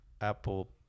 Apple